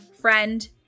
friend